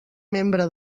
membre